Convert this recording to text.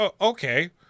Okay